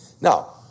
Now